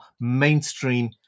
mainstream